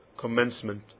commencement